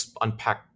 unpack